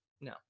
No